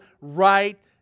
right